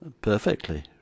Perfectly